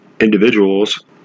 individuals